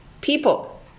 People